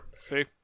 See